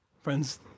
Friends